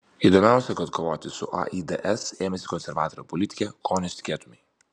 įdomiausia kad kovoti su aids ėmėsi konservatorė politikė ko nesitikėtumei